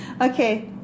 okay